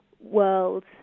world